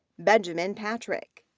benjamin patrick.